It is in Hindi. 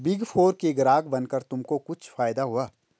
बिग फोर के ग्राहक बनकर तुमको कुछ फायदा हुआ?